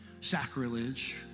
sacrilege